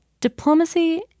diplomacy